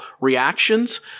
reactions